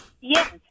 yes